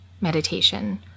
meditation